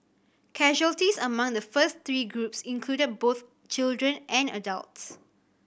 casualties among the first three groups included both children and adults